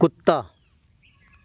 ਕੁੱਤਾ